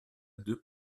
deux